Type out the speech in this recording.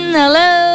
hello